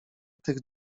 tych